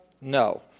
No